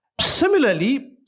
Similarly